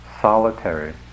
solitary